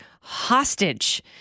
hostage